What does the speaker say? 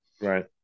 right